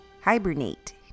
hibernate